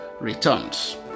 returns